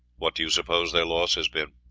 what do you suppose their loss has been?